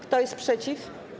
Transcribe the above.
Kto jest przeciw?